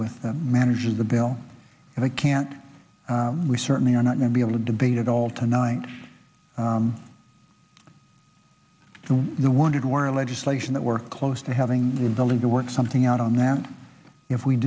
with them manages the bill and i can't we certainly are not going to be able to debate it all tonight and the wondered where legislation that we're close to having the ability to work something out on that if we